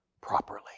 properly